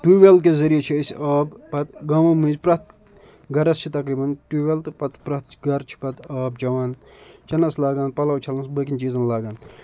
tube well کہِ ذٔریہِ چھِ أسۍ آب پَتہٕ گامو مٔنٛزۍ پرٛٮ۪تھ گَرَس چھِ تقریٖباً ٹیوٗب وٮ۪ل تہٕ پَتہٕ پرٛٮ۪تھ گَرٕ چھِ پَتہٕ آب چٮ۪وان چٮ۪نَس لاگان پَلو چھَلنَس بٲقِیَن چیٖزَن لاگان